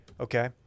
Okay